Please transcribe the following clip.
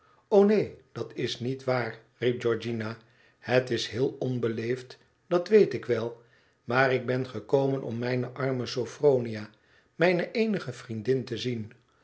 o neen dat is niet waar riep georgiana het is heel onbeleefd dat weet ik wel maar ik ben gekomen om mijne arme sophronia mijoe fsenige vriendin te zien